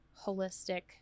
holistic